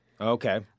Okay